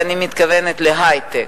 ואני מתכוונת להיי-טק.